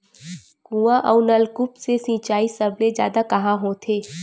कुआं अउ नलकूप से सिंचाई सबले जादा कहां होथे?